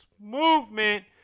movement